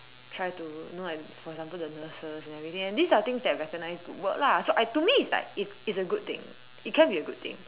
try to you know for example the nurses and everything and these are things that recognise good work lah so I to me like it's it's a good thing it can be a good thing